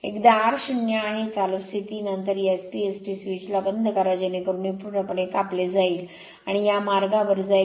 एकदा R 0 आहे चालू स्थिती नंतर या SPST स्विचला बंद करा जेणेकरून हे पूर्णपणे कापले जाईल आणि या मार्गावर जाईल